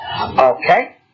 Okay